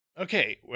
Okay